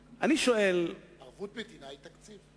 ערבות מדינה היא תקציב.